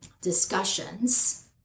discussions